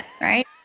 Right